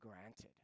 granted